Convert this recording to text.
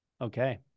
Okay